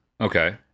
Okay